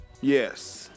yes